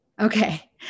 Okay